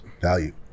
value